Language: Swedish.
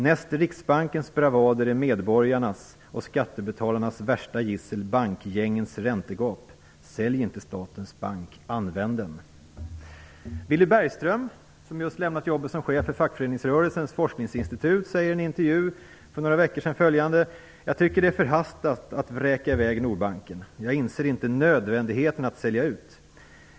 Näst Riksbankens bravader är medborgarnas och skattebetalarnas värsta gissel bankgängens räntegap. Sälj inte statens bank! Använd den! Willy Bergström, som just lämnat jobbet som chef för Fackföreningsrörelsens forskningsinstitut, sade i en intervju för några veckor sedan följande: Jag tycker att det är förhastat att vräka i väg Nordbanken. Jag inser inte nödvändigheten i att sälja ut.